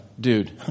dude